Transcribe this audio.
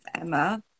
emma